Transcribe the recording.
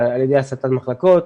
על ידי הסטת מחלקות,